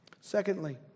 Secondly